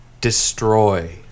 destroy